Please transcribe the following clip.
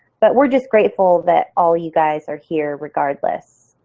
but we're just grateful that all you guys are here regardless